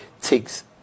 takes